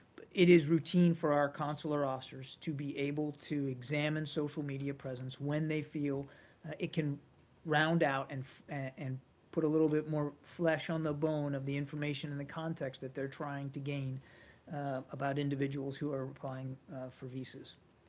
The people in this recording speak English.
it is routine for our consular officers to be able to examine social media presence when they feel it can round out and and put a little bit more flesh on the bone of the information and the context that they're trying to gain about individuals who are applying for visas.